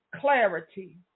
clarity